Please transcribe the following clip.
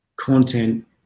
content